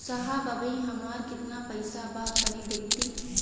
साहब अबहीं हमार कितना पइसा बा तनि देखति?